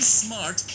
smart